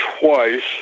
twice